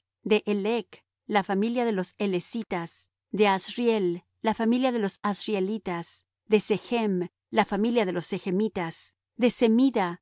de helec la familia de los helecitas de asriel la familia de los asrielitas de sechm la familia de los sechmitas de semida